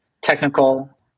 technical